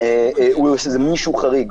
הוא איזה מישהו חריג,